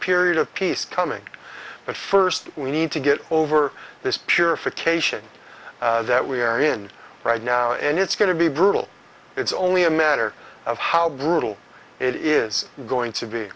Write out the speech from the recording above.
period of peace coming but first we need to get over this purification that we are in right now and it's going to be brutal it's only a matter of how brutal it is going to be